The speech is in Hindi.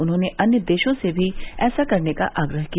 उन्होने अन्य देशों से भी ऐसा करने का आग्रह किया